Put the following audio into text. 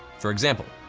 for example,